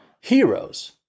heroes